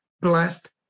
blessed